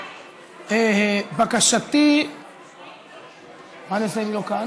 זה באמת לא כל כך